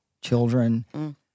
children